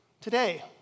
today